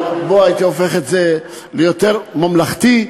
אני הייתי הופך את זה לממלכתי יותר.